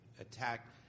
attacked